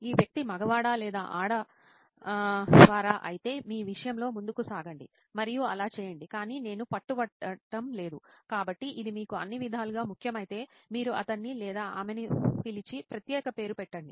ఈ వ్యక్తి మగవాడా లేదా ఆడవా అయితే మీ విషయంలో ముందుకు సాగండి మరియు అలా చేయండి కానీ నేను పట్టుబట్టడం లేదు కాబట్టి ఇది మీకు అన్ని విధాలుగా ముఖ్యమైతే మీరు అతన్ని లేదా ఆమెను పిలిచి ప్రత్యేక పేరు పెట్టండి